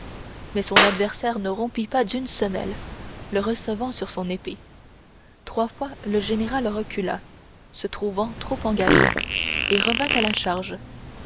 mais son adversaire ne rompit pas d'une semelle le recevant sur son épée trois fois le général recula se trouvant trop engagé et revint à la charge